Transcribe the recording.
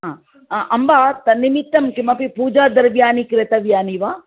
हा अम्ब तन्निमित्तं किमपि पूजाद्रव्याणि क्रेतव्यानि वा